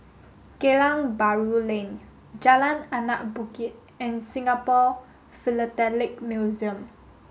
Geylang Bahru Lane Jalan Anak Bukit and Singapore Philatelic Museum